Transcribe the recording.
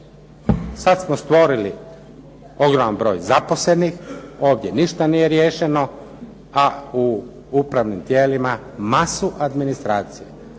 Sad smo stvorili ogroman broj zaposlenih, ovdje ništa nije riješeno, a u upravnim tijelima masu administracije.